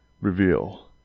reveal